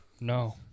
No